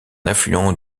affluent